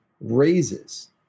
raises